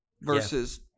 versus